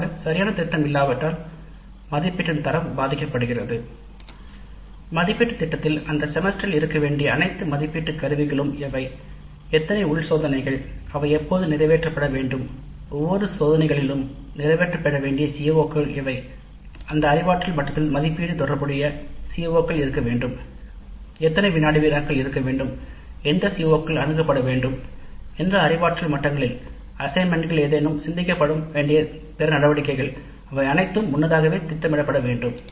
பொதுவாக சரியான திட்டமிடல் இல்லாவிட்டால் மதிப்பீட்டின் தரம் பாதிக்கப்படுகிறது மதிப்பீட்டுத் திட்டத்தில் அந்த செமஸ்டரில் இருக்க வேண்டிய அனைத்து மதிப்பீட்டு கருவிகளும் இருக்க வேண்டும் எத்தனை உள் சோதனைகள் அவை எப்போது நிறைவேற்றப்பட வேண்டும் ஒவ்வொரு சோதனையினாலும் மறைக்கப்ப நிறைவேற்றப்பட வேண்டிய CO கள் எவை எந்த அறிவாற்றல் மட்டத்தில் மதிப்பீடு தொடர்புடைய சிஓக்கள் இருக்க வேண்டும் எத்தனை வினாடி வினாக்கள் இருக்க வேண்டும் எந்த CO க்கள் உரையாற்றப்பட வேண்டும் எந்த அறிவாற்றல் மட்டங்களில் பணிகள் ஏதேனும் சிந்திக்கப்படும் பிற நடவடிக்கைகள் அவை அனைத்தும் முன்னதாகவே திட்டமிடப்பட வேண்டும்